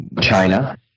China